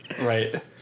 Right